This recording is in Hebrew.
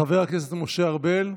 חבר הכנסת משה ארבל,